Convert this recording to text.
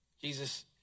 Jesus